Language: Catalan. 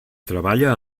treballa